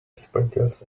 sprinkles